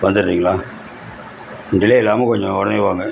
வந்துடுறீங்களா டிலே இல்லாமல் கொஞ்சம் உடனே வாங்க